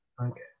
Okay